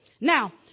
Now